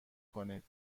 کنید